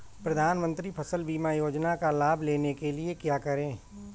प्रधानमंत्री फसल बीमा योजना का लाभ लेने के लिए क्या करें?